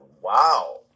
Wow